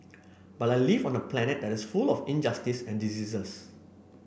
but I live on a planet that is full of injustice and diseases